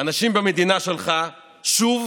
אנשים במדינה שלך שוב